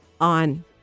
on